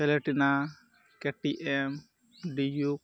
ᱯᱞᱟᱴᱤᱱᱟ ᱠᱮᱴᱤᱭᱮᱢ ᱰᱤᱭᱩᱠ